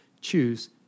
Choose